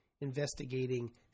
Investigating